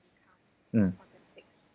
mm